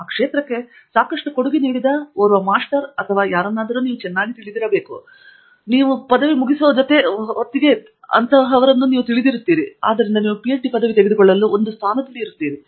ಆ ಕ್ಷೇತ್ರಕ್ಕೆ ಸಾಕಷ್ಟು ಕೊಡುಗೆ ನೀಡಿದ ಓರ್ವ ಮಾಸ್ಟರ್ ಆಗಲಿ ಅಥವಾ ಯಾರನ್ನಾದರೂ ಚೆನ್ನಾಗಿ ತಿಳಿದಿರುತ್ತೀರಿ ಮತ್ತು ಆದ್ದರಿಂದ ನೀವು ಪಿಎಚ್ಡಿ ಪದವಿ ತೆಗೆದುಕೊಳ್ಳಲು ಒಂದು ಸ್ಥಾನದಲ್ಲಿ ಇರುತ್ತೀರಿ